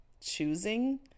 choosing